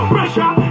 Pressure